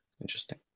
interesting